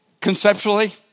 Conceptually